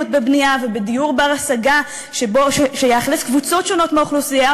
בבנייה ובדיור בר-השגה שיאכלס קבוצות שונות מהאוכלוסייה